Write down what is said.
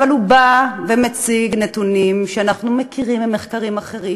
אבל הוא בא ומציג נתונים שאנחנו מכירים ממקרים אחרים,